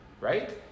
right